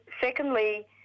secondly